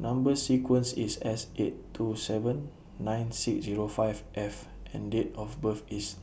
Number sequence IS S eight two seven nine six Zero five F and Date of birth IS